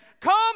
come